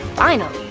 finally!